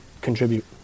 contribute